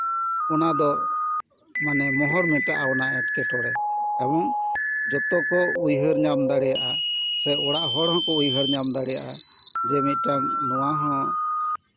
ᱚᱱᱟ ᱫᱚ ᱢᱟᱱᱮ ᱢᱚᱦᱚᱨ ᱢᱮᱴᱟᱜᱼᱟ ᱮᱴᱠᱮᱴᱚᱬᱮ ᱮᱵᱚᱝ ᱡᱚᱛᱚ ᱠᱚ ᱩᱭᱦᱟᱹᱨ ᱧᱟᱢ ᱫᱟᱲᱮᱭᱟᱜᱼᱟ ᱥᱮ ᱚᱲᱟᱜ ᱦᱚᱲ ᱦᱚᱸᱠᱚ ᱩᱭᱦᱟᱹᱨ ᱧᱟᱢ ᱫᱟᱲᱮᱭᱟᱜᱼᱟ ᱡᱮ ᱢᱤᱫᱴᱟᱝ ᱱᱚᱣᱟ ᱦᱚᱸ